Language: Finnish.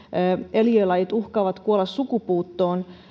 eliölajit uhkaavat kuolla sukupuuttoon